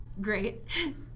great